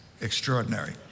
extraordinary